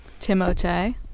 Timote